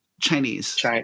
chinese